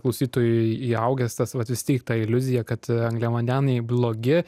klausytojui įaugęs tas vat vis tik ta iliuzija kad angliavandeniai blogi